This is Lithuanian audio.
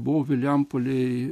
buvo vilijampolėj